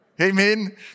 Amen